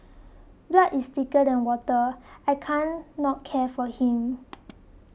blood is thicker than water I can not care for him